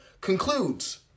concludes